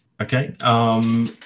Okay